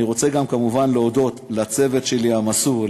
אני כמובן רוצה להודות גם לצוות המסור שלי,